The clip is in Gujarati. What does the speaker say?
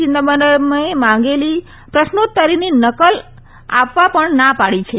ચિદમ્બરે માંગેલી પ્રશ્નોત્તરીની નકલ આપવા પણ ના પાડી છે